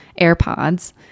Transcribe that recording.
AirPods